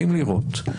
באים לראות,